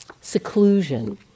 seclusion